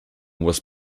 was